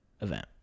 event